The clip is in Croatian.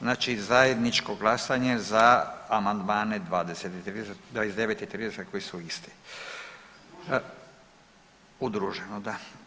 Znači zajedničko glasanje za amandmane 29 i 30 koji su isti. … [[Upadica se ne razumije.]] Udruženo da.